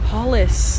Hollis